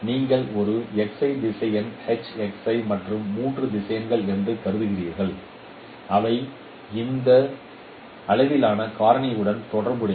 நீங்கள் ஒரு திசையன் மற்றும் 3 திசையன்கள் என்று கருதுகிறீர்கள் அவை இந்த அளவிலான காரணியுடன் தொடர்புடையவை